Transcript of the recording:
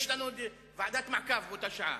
יש לנו ועדת מעקב באותה שעה.